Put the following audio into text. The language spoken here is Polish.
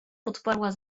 odparła